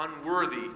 unworthy